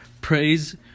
praise